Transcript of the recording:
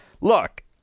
look